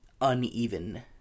uneven